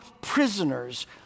prisoners